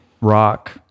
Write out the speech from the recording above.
rock